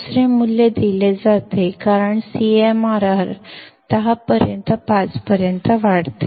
दुसरे मूल्य दिले जाते कारण CMRR 10 पर्यंत 5 पर्यंत वाढते